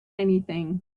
anything